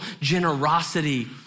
generosity